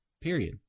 Period